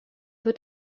peu